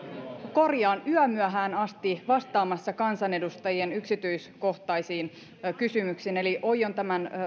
korjaan yömyöhään asti vastaamassa kansanedustajien yksityiskohtaisiin kysymyksiin eli oion tämän